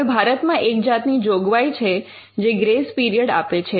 હવે ભારતમાં એક જાતની જોગવાઇ છે જે ગ્રેસ પિરિયડ આપે છે